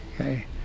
okay